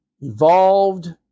evolved